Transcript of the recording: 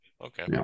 okay